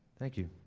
thank you.